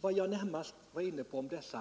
Vad jag närmast var inne på var att